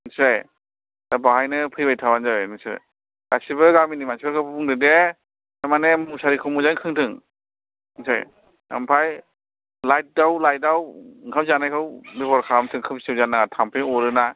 मिथिबाय दा बेवहायनो फैबाय थाबानो जाबाय मिथिबाय गासैबो गामिनि मानसिफोरखौ बुंदो दे तारमाने मुसारिखौ मोजां खोंथों मिथिबाय ओमफ्राय लाइट आव ओंखाम जानायखौ बेबहार खालामथों खोमसियाव जानो नाङा थाम्फै अरोना